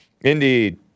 Indeed